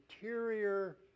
interior